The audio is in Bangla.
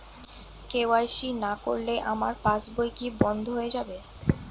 কে.ওয়াই.সি না করলে আমার পাশ বই কি বন্ধ হয়ে যাবে?